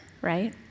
right